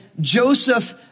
Joseph